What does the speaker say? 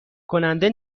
کننده